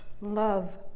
love